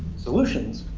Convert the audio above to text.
solutions.